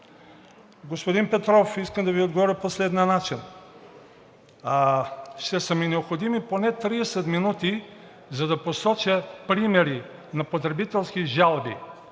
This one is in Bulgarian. Господин Петров, искам да Ви отговоря по следния начин. Ще са ми необходими поне 30 минути, за да посоча примери на потребителски жалби